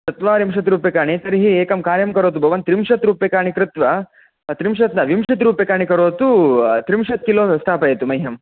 चत्वारिंशत् रूप्यकाणि तर्हि एकं कार्यं करोतु भवान् त्रिंशत् रूप्यकाणि कृत्वा त्रिंशत् न विंशति रूप्यकाणि करोतु त्रिंशत् किलो स्थापयतु मह्यम्